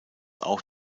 auch